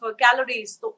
calories